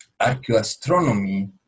archaeoastronomy